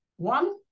One